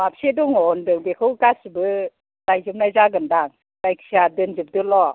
माबेसे दं होनदों बेखौ गासैबो लायजोबनाय जागोनदां जायखिजाया दोनजोबदोल'